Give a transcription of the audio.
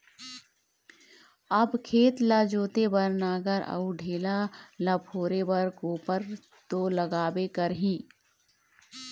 अब खेत ल जोते बर नांगर अउ ढेला ल फोरे बर कोपर तो लागबे करही